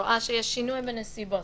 רואה שיש שינוי בנסיבות,